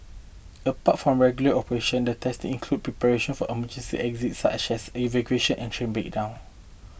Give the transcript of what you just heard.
apart from regular operation the testing include preparation for emergency exists such as evacuation and train breakdown